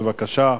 בבקשה.